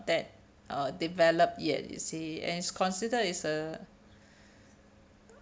that uh developed yet you see and it considered is a